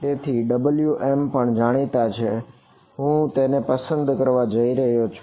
તેથી Wm પણ જાણીતા છે હું તેને પસંદ કરવા જઈ રહ્યો છું